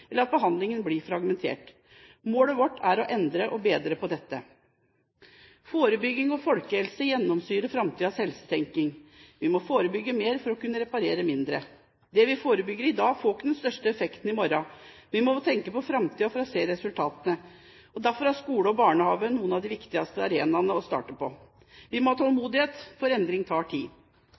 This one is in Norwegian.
eller at behandlingen blir fragmentert. Målet vårt er å endre og bedre dette. Forebygging og folkehelse gjennomsyrer framtidens helsetenkning. Vi må forebygge mer for å kunne reparere mindre. Det vi forebygger i dag, får ikke den største effekten i morgen. Vi må tenke på framtiden for å se resultatene. Derfor er skole og barnehage noen av de viktigste arenaene å starte på. Vi må ha tålmodighet, for endring tar tid.